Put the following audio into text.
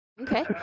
Okay